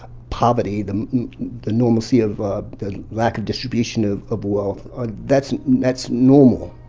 poverty, the the normalcy of ah the lack of distribution of of wealth ah that's that's normal.